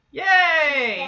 yay